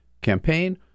campaign